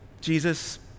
Jesus